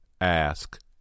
Ask